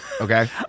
Okay